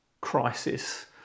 crisis